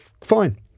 fine